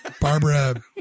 Barbara